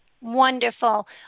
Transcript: Wonderful